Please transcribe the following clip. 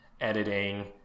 editing